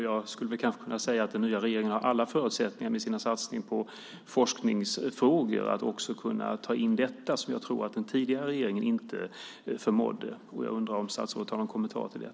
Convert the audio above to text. Jag skulle kanske kunna säga att den nya regeringen med sina satsningar på forskningsfrågor har alla förutsättningar att också kunna ta in detta som jag tror att den tidigare regeringen inte förmådde. Jag undrar om statsrådet har någon kommentar till det.